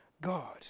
God